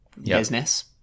business